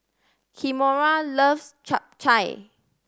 Kimora loves Chap Chai